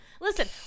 Listen